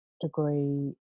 degree